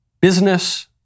Business